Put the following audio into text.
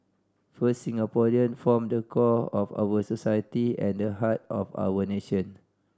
first Singaporean form the core of our society and the heart of our nation